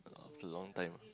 after long time